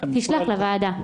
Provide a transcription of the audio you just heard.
תשלח לוועדה.